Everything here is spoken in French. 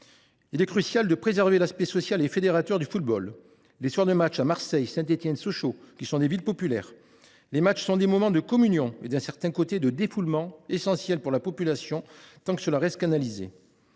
Il est crucial de préserver l’aspect social et fédérateur du football. Les soirs de match à Marseille, à Saint Étienne ou à Sochaux – des villes populaires – sont des moments de communion et, d’un certain côté, de défoulement essentiels pour la population, tant qu’ils restent canalisés.